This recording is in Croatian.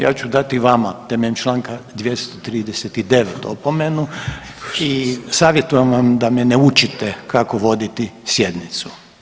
Ja ću dati i vama temeljem članka 239. opomenu i savjetujem vam da me ne učite kako voditi sjednicu.